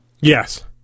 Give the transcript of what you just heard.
Yes